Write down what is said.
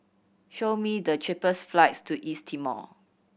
show me the cheapest flights to East Timor